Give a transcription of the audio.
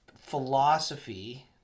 philosophy